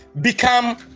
become